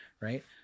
right